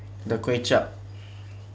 the kway chap